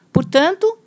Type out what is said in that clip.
Portanto